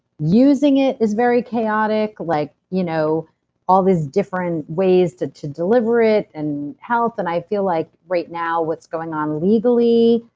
using it is very chaotic. like you know all these different ways to to deliver it, and health, and i think like right now, what's going on legally,